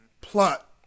plot